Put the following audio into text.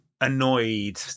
annoyed